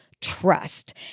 trust